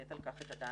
לתת על כך את הדעת.